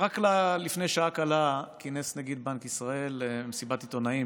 רק לפני שעה קלה כינס נגיד בנק ישראל מסיבת עיתונאים,